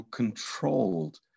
controlled